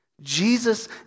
Jesus